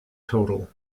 total